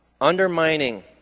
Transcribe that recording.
undermining